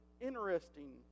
interesting